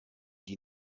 die